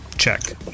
Check